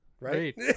right